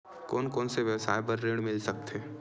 कोन कोन से व्यवसाय बर ऋण मिल सकथे?